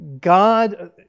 God